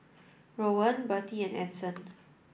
Rowan Birtie and Anson